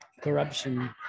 corruption